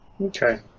Okay